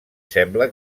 sembla